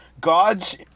gods